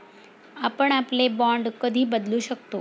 आपण आपले बाँड कधी बदलू शकतो?